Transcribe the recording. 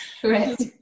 Correct